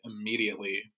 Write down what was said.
immediately